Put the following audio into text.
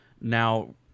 now